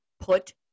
put